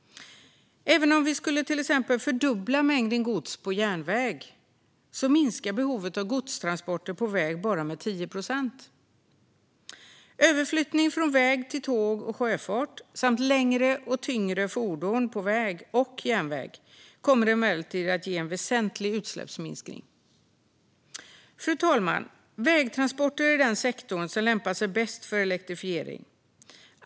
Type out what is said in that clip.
Även om vi till exempel fördubblar mängden gods på järnväg minskar behovet av godstransporter på väg bara med 10 procent. Överflyttning från väg till tåg och sjöfart samt längre och tyngre fordon på väg och järnväg kommer emellertid att ge en väsentlig utsläppsminskning. Fru talman! Vägtransporter är den sektor som lämpar sig bäst för elektrifiering.